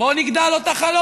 בואו נגדע לו את החלום.